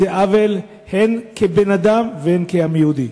זה עוול, הן כאדם והן כעם יהודי.